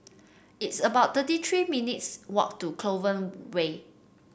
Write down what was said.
it's about thirty three minutes' walk to Clover Way